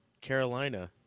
Carolina